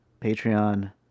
Patreon